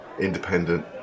independent